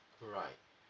alright